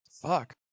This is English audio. Fuck